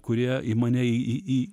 kurie į mane į į į